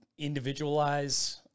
individualize